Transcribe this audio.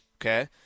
Okay